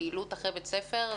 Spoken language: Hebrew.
לפעילות אחרי בית ספר.